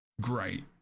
great